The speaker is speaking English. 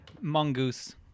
Mongoose